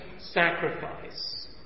sacrifice